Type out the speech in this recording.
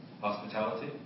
hospitality